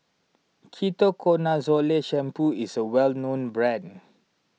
Ketoconazole Shampoo is a well known brand